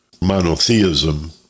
monotheism